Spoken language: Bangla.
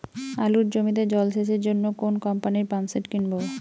আলুর জমিতে জল সেচের জন্য কোন কোম্পানির পাম্পসেট কিনব?